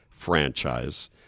franchise